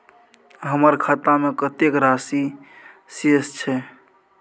हमर खाता में कतेक राशि शेस छै?